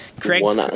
Craig's